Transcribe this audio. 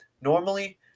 Normally